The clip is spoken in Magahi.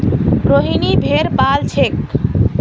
रोहिनी भेड़ पा ल छेक